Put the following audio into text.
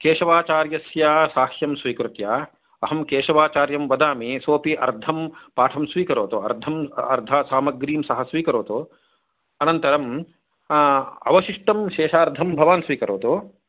केशवाचार्यस्य साक्ष्यं स्वीकृत्य अहम् केशवाचार्यं वदामि सोपि अर्धं पाठं स्वीकरोतु अर्धं अर्धसामग्रीं सः स्वीकरोतु अनन्तरं अवशिष्टं शेषार्धं भवान् स्वीकरोतु